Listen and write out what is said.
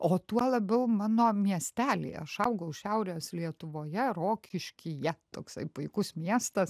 o tuo labiau mano miestelyje aš augau šiaurės lietuvoje rokiškyje toksai puikus miestas